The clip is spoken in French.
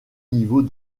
niveau